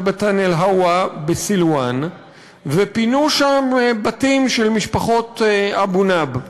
בטן אל-הווא בסילואן ופינו שם בתים של משפחות אבו נאב.